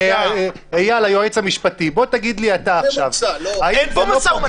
בוא תגיד לי אתה --- אין לי זמן.